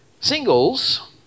singles